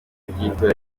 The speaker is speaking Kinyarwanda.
by’itora